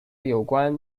有关